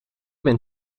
ben